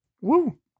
Woo